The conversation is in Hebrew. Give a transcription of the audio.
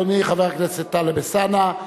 אדוני חבר הכנסת טלב אלסאנע,